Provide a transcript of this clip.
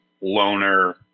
loner